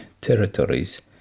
territories